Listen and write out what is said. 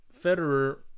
Federer